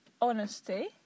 honesty